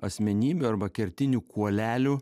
asmenybių arba kertinių kuolelių